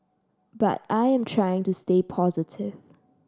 but I am trying to stay positive